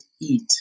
eat